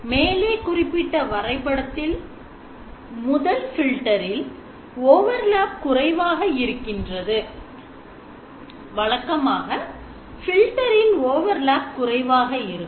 மேலே குறிப்பிட்ட வரைபடத்தில் முதல் filter எல் overlap குறைவாக இருக்கின்றதுவழக்கமாக filter இல் overlap குறைவாக இருக்கும்